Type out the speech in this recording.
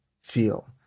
feel